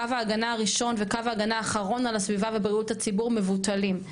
קו ההגנה הראשון וקו ההגנה האחרון על הסביבה ובריאות הציבור מבוטלים,